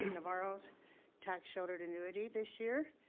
navarro's tax-sheltered annuity this year.